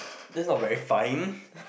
this not very fine